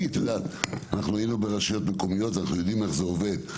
היינו ברשויות מקומיות ואנחנו יודעים איך זה עובד.